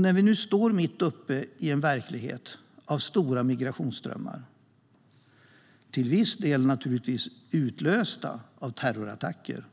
När vi nu står mitt uppe i en verklighet av stora migrationsströmmar, till viss del naturligtvis utlösta av terrorattacker,